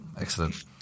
Excellent